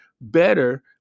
better